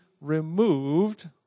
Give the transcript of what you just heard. removed